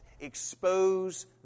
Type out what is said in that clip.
expose